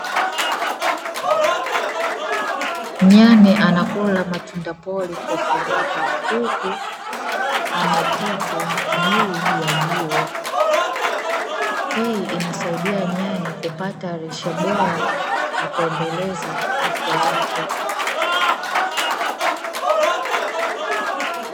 Nyani anakula matunda pori kwa furaha, huku ameketi juu ya jiwe, hii inasaidia nyani kupata lishe bora na kuendeleza afya yake.